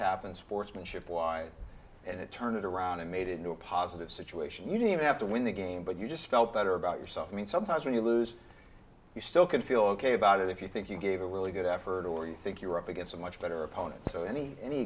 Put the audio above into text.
happened sportsmanship wise and it turned it around and made it into a positive situation you didn't have to win the game but you just felt better about yourself i mean sometimes when you lose you still can feel ok about it if you think you gave a really good effort or you think you're up against a much better opponent so any